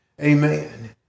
Amen